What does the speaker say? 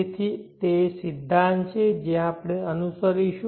તેથી તે સિદ્ધાંત છે જે આપણે અનુસરીશું